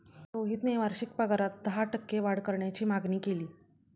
रोहितने वार्षिक पगारात दहा टक्के वाढ करण्याची मागणी केली